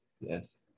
yes